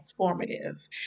transformative